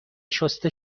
شسته